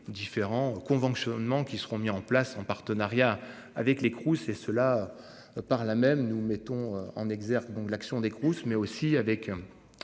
différents conventionnement qui seront mis en place en partenariat avec les Crous et cela. Par la même nous mettons en exergue donc l'action des Crous, mais aussi avec.